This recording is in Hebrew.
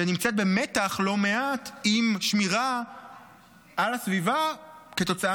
שנמצאת בלא מעט מתח עם שמירה על הסביבה כתוצאה